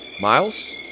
Miles